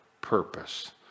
purpose